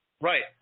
Right